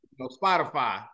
Spotify